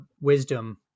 wisdom